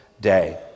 day